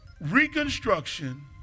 Reconstruction